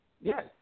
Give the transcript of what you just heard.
Yes